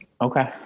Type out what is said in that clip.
Okay